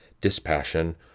dispassion